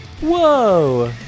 Whoa